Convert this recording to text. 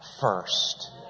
first